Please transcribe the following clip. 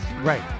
right